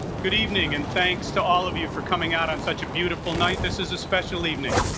good evening and thanks to all of you for coming out on such a beautiful night this is a special evening